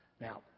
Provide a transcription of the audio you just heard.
Now